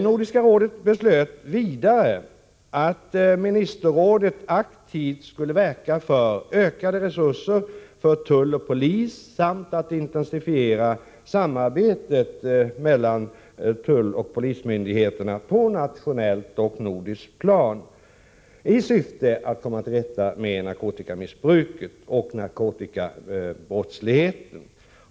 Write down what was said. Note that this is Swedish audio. Nordiska rådet beslöt vidare att Ministerrådet aktivt skulle verka för ökade resurser för tull och polis samt för att intensifiera samarbetet mellan tulloch polismyndigheterna på nationellt och nordiskt plan i syfte att komma till rätta med narkotikamissbruket och narkotikabrottsligheten.